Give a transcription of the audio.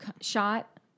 shot